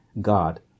God